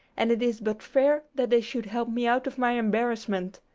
and it is but fair that they should help me out of my embarrassment.